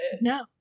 No